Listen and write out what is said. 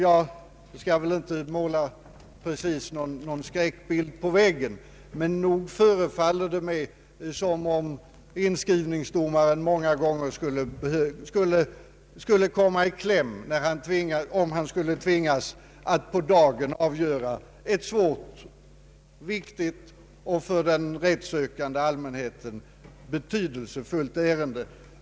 Jag skall inte precis måla någon skräckbild på väggen, men nog förefaller det mig som om inskrivningsdomaren många gånger skulle komma i kläm om han tvingas att på dagen avgöra ett svårt, viktigt och för den rättssökande «allmänheten =<:betydelsefullt ärende.